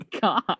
god